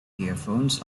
earphones